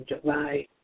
July